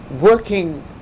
working